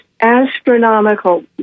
astronomical